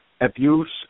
abuse